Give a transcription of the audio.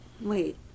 wait